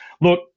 look